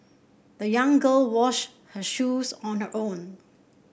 the young girl washed her shoes on her own